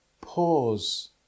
pause